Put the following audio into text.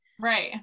Right